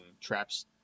traps